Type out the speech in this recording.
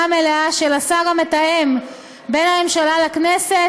מלאה של השר המתאם בין הממשלה לכנסת,